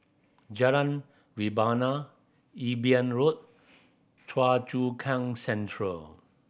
Jalan Rebana Imbiah Road Choa Chu Kang Central